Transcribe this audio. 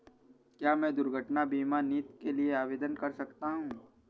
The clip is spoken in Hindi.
क्या मैं दुर्घटना बीमा नीति के लिए आवेदन कर सकता हूँ?